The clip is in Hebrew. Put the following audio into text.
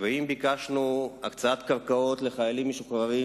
ואם ביקשנו הקצאת קרקעות לחיילים משוחררים